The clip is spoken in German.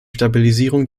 stabilisierung